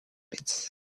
pits